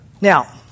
Now